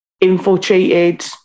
infiltrated